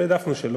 והעדפנו שלא.